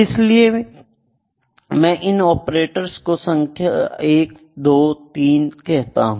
इसलिए मैं इन ऑपरेटर्स को ऑपरेटर 1 ऑपरेटर 2 ऑपरेटर 3 कहता हूं